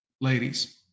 ladies